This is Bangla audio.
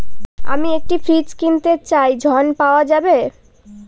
আমি একটি ফ্রিজ কিনতে চাই ঝণ পাওয়া যাবে?